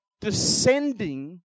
descending